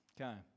Okay